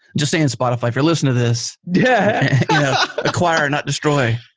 just saying, spotify, if you're listening to this, yeah acquire, not destroy.